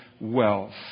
wealth